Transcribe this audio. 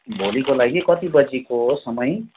भोलिको लागि कति बजेको हो समय